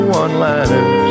one-liners